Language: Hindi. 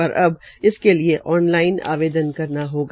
पर इसके लिए ऑन लाइन आवेदन करना होगा